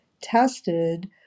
tested